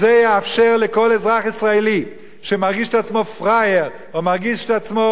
זה יאפשר לכל אזרח ישראלי שמרגיש את עצמו פראייר או מרגיש את עצמו